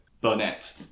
Burnett